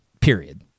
period